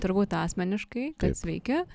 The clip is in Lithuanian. turbūt asmeniškai kad sveiki